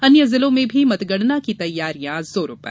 अन्य जिलों में भी मतगणना की तैयारियां जोरों पर